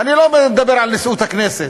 ואני לא מדבר על נשיאות הכנסת,